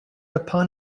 upon